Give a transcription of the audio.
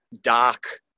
dark